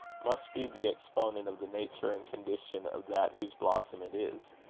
must be the exponent of the nature and condition of that whose blossom it is.